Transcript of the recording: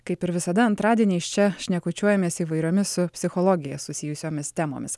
kaip ir visada antradieniais čia šnekučiuojamės įvairiomis su psichologija susijusiomis temomis